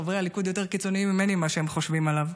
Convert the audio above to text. חברי הליכוד יותר קיצוניים ממני במה שהם חושבים עליו,